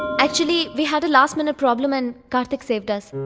actually, we had a last minute problem and karthik saved us.